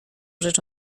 rzecz